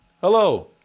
Hello